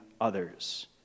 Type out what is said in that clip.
others